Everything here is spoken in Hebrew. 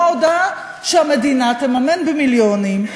או ההודעה שהמדינה תממן במיליונים,